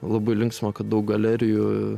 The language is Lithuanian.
labai linksma kad daug galerijų